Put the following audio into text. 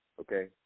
okay